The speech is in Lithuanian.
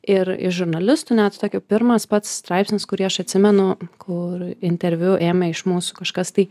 ir iš žurnalistų net su tokiu pirmas pats straipsnis kurį aš atsimenu kur interviu ėmė iš mūsų kažkas tai